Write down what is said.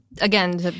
again